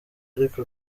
ariko